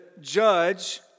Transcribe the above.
judge